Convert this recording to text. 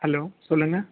hello சொல்லுங்கள்